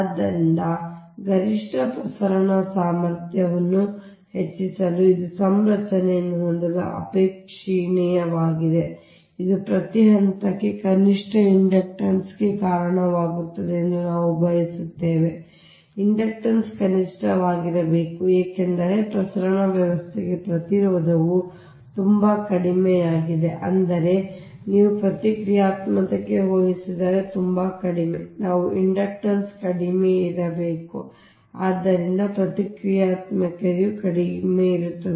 ಆದ್ದರಿಂದ ಗರಿಷ್ಟ ಪ್ರಸರಣ ಸಾಮರ್ಥ್ಯವನ್ನು ಹೆಚ್ಚಿಸಲು ಇದು ಸಂರಚನೆಯನ್ನು ಹೊಂದಲು ಅಪೇಕ್ಷಣೀಯವಾಗಿದೆ ಇದು ಪ್ರತಿ ಹಂತಕ್ಕೆ ಕನಿಷ್ಠ ಇಂಡಕ್ಟನ್ಸ್ ಗೆ ಕಾರಣವಾಗುತ್ತದೆ ಎಂದು ನಾವು ಬಯಸುತ್ತೇವೆ ಇಂಡಕ್ಟನ್ಸ್ಸ್ ಕನಿಷ್ಠವಾಗಿರಬೇಕು ಏಕೆಂದರೆ ಪ್ರಸರಣ ವ್ಯವಸ್ಥೆಗೆ ಪ್ರತಿರೋಧವು ತುಂಬಾ ಕಡಿಮೆಯಾಗಿದೆ ಅಂದರೆ ನಿಮ್ಮ ಪ್ರತಿಕ್ರಿಯಾತ್ಮಕತೆಗೆ ಹೋಲಿಸಿದರೆ ತುಂಬಾ ಕಡಿಮೆ ನಾವು ಇಂಡಕ್ಟನ್ಸ್ಸ್ ಕಡಿಮೆ ಇರಬೇಕು ಆದ್ದರಿಂದ ಪ್ರತಿಕ್ರಿಯಾತ್ಮಕತೆಯು ಕಡಿಮೆಯಿರುತ್ತದೆ